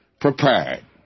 prepared